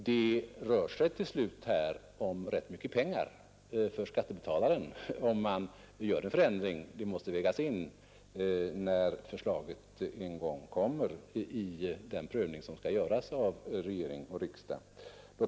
Det rör sig till slut här om rätt mycket pengar för skattebetalarna, om man gör en förändring — det måste vägas in, när förslaget en gång kommer, vid den prövning som skall göras av regering och riksdag.